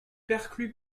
perclus